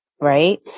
right